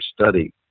study